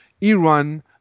Iran